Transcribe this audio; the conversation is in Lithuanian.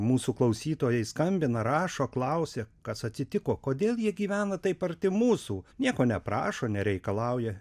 mūsų klausytojai skambina rašo klausia kas atsitiko kodėl jie gyvena taip arti mūsų nieko neprašo nereikalauja